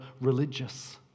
religious